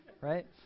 right